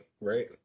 right